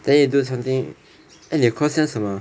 then you do something eh 你的 course 叫什么 ah